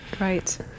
Right